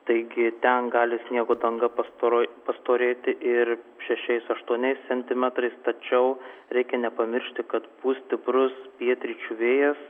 taigi ten gali sniego danga pastaroj pastorėti ir šešiais aštuoniais centimetrais tačiau reikia nepamiršti kad pūs stiprus pietryčių vėjas